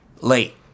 late